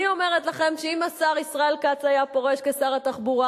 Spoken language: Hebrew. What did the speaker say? אני אומרת לכם שאם השר ישראל כץ היה פורש כשר התחבורה,